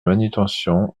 manutention